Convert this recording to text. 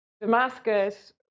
Damascus